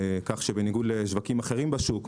כך שבניגוד לשווקים אחרים בשוק,